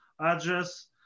Address